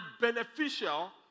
beneficial